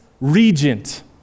regent